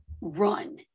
run